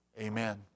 amen